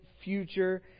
future